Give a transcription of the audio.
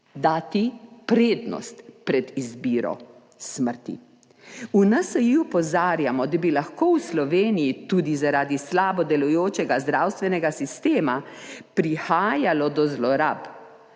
dati prednost pred izbiro smrti. V NSi opozarjamo, da bi lahko v Sloveniji tudi zaradi slabo delujočega zdravstvenega sistema prihajalo do zlorab,